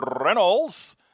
Reynolds